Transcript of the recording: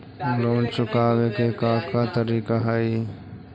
Loan चुकावे के का का तरीका हई?